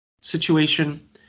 situation